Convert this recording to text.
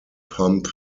pump